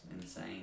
insane